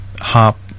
hop